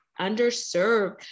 underserved